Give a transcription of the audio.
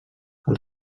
els